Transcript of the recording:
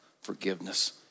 forgiveness